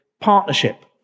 partnership